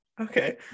Okay